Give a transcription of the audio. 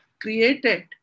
created